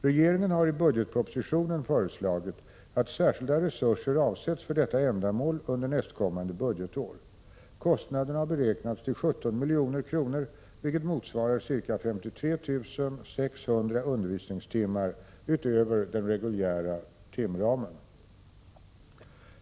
Regeringen har i budgetpropositionen föreslagit att särskilda resurser avsätts för detta ändamål under nästkommande budgetår. Kostnaderna har beräknats till 17 milj.kr., vilket motsvarar ca 53 600 undervisningstimmar utöver den reguljära timramen.